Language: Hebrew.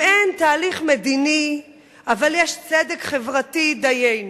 אם אין תהליך מדיני אבל יש צדק חברתי, דיינו,